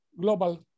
global